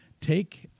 take